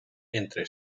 entre